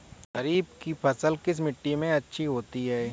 खरीफ की फसल किस मिट्टी में अच्छी होती है?